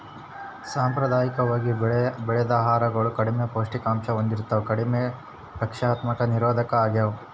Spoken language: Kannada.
ಸಾಂಪ್ರದಾಯಿಕವಾಗಿ ಬೆಳೆದ ಆಹಾರಗಳು ಕಡಿಮೆ ಪೌಷ್ಟಿಕಾಂಶ ಹೊಂದಿರ್ತವ ಕಡಿಮೆ ರಕ್ಷಣಾತ್ಮಕ ನಿರೋಧಕ ಆಗ್ಯವ